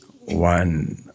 one